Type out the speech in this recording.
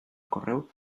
correu